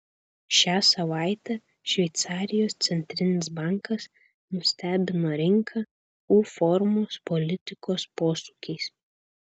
šią savaitę šveicarijos centrinis bankas nustebino rinką u formos politikos posūkiais